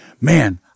man